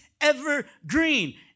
evergreen